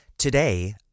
Today